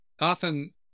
often